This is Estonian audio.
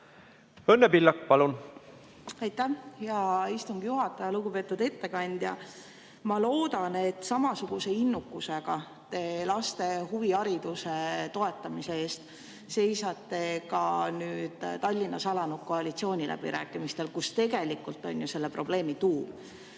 Õnne Pillak, palun! Aitäh, hea istungi juhataja! Lugupeetud ettekandja! Ma loodan, et te samasuguse innukusega seisate laste huvihariduse toetamise eest ka Tallinnas alanud koalitsiooniläbirääkimistel, kus tegelikult on ju selle probleemi tuum.